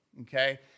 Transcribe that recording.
okay